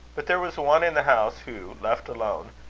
but there was one in the house who, left alone,